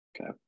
Okay